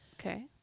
Okay